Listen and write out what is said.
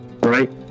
right